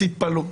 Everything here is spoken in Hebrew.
תתפלאו,